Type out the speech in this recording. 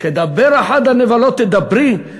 כדבר אחת הנבלות תדברי,